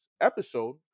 episode